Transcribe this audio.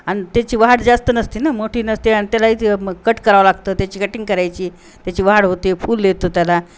आणि त्याची वाढ जास्त नसते ना मोठी नसते आणि त्याला कट करावं लागतं त्याची कटिंग करायची त्याची वाढ होते फुल येतो त्याला